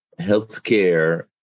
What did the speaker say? healthcare